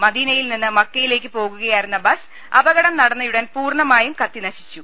മദീനയിൽ നിന്ന് മക്കയി ലേക്ക് പോകുകയായിരുന്ന ബസ് അപകടം നടന്നയുടൻ പൂർണ മായും കത്തിനശിച്ചു